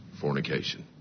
fornication